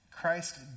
Christ